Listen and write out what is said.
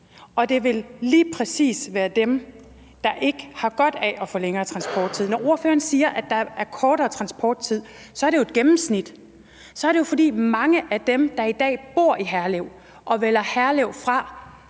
og det vil lige præcis være dem, der ikke har godt af at få længere transporttid. Når ordføreren siger, at der er en kortere transporttid, er det jo et gennemsnit, og så er det jo, fordi mange af dem, der i dag bor i Herlev og vælger Herlev fra,